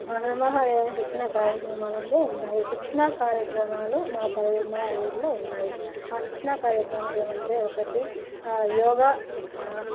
మహామహా యోజన శిక్షణా కార్యక్రమాలల్లో ఉన్నాయి శిక్షణా కార్యక్రమాలు మా పల్లె మా ఊరులో ఉన్నాయి ఆ శిక్షణా కార్యక్రమాలు ఏమీ అంటే ఒకటి యోగా శిక్షణ